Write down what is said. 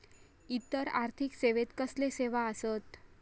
इतर आर्थिक सेवेत कसले सेवा आसत?